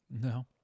No